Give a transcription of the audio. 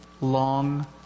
long